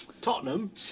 Tottenham